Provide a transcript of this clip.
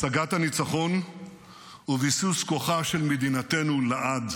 השגת הניצחון היא ביסוס כוחה של מדינתנו לעד.